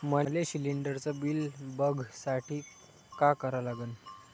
मले शिलिंडरचं बिल बघसाठी का करा लागन?